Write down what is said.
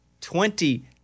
twenty